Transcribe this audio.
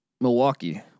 Milwaukee